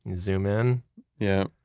zoom in yeah